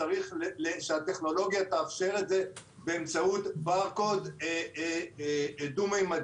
צריך שהטכנולוגיה תאפשר את זה באמצעות ברקוד דו-ממדי.